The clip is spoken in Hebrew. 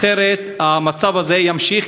אחרת המצב הזה יימשך.